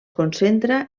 concentra